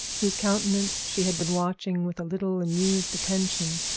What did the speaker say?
whose countenance she had been watching with a little amused attention,